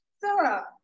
Sarah